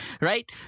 right